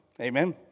Amen